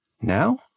Now